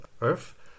Earth